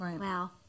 Wow